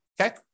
okay